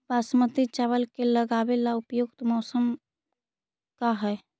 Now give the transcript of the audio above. बासमती चावल के लगावे ला उपयुक्त मौसम का है?